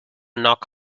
knock